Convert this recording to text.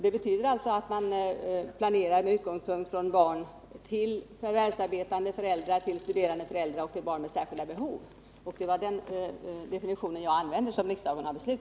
Det betyder att man planerar med utgångspunkt i barn till förvärvsarbetande föräldrar, barn till studerande föräldrar och barn med särskilda behov. Det var i den meningen som jag använde uttrycket.